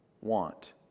want